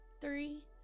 three